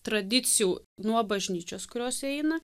tradicijų nuo bažnyčios kurios eina